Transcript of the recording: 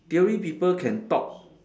theory people can talk